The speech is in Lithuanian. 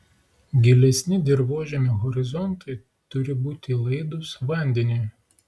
gilesni dirvožemio horizontai turi būti laidūs vandeniui